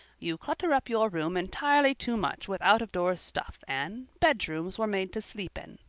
you clutter up your room entirely too much with out-of-doors stuff, anne. bedrooms were made to sleep in.